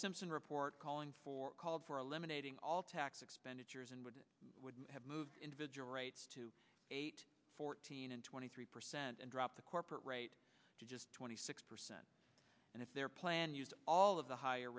simpson report calling for called for a lemonade in all tax expenditures and would would have moved individual rights to eight fourteen and twenty three percent and drop the corporate rate to twenty six percent and if their plan used all of the higher